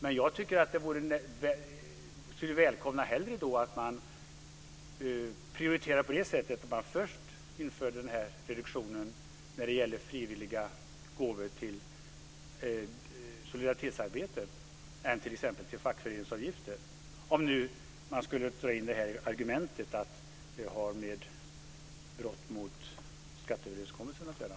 Men jag skulle hellre välkomna prioriteringen att först införa reduktionen när det gäller frivilliga gåvor till solidaritetsarbete än för t.ex. fackföreningsavgifter, om man nu skulle ta in argumentet att det har med brott mot skatteöverenskommelsen att göra.